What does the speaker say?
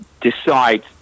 decide